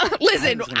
Listen